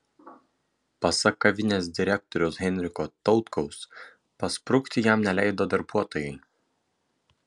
pasak kavinės direktoriaus henriko tautkaus pasprukti jam neleido darbuotojai